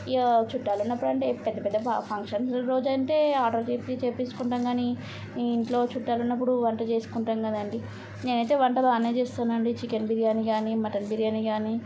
ఇక చుట్టాలు ఉన్నప్పుడు అంటే పెద్ద పెద్ద ఫంక్షన్ల రోజంటే ఆర్డర్ చెప్పి చేయించుకుంటాము కానీ ఇంట్లో చుట్టాలు ఉన్నపుడు వంట చేసుకుంటాం కదండి నేను అయితే వంటలు బాగానే చేస్తాను అండి చికెన్ బిర్యానీ కానీ మటన్ బిర్యానీ కానీ